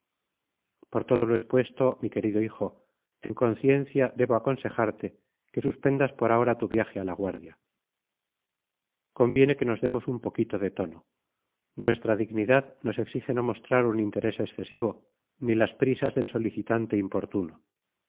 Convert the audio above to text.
por todo lo expuesto mi querido hijo en conciencia debo aconsejarte que suspendas por ahora tu viaje a la guardia conviene que nos demos un poquito de tono nuestra dignidad nos exige no mostrar un interés excesivo ni las prisas del solicitante importuno